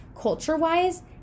culture-wise